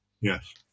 Yes